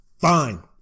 fine